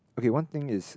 okay one thing is